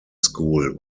school